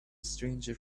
stranger